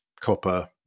copper